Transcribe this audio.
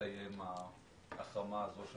תסתיים ההחרמה הזאת של